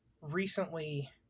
recently